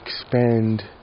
expand